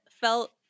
felt